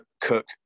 cook